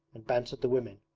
and bantered the women.